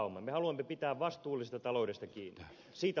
me haluamme pitää vastuullisesta taloudesta kiinni